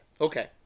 Okay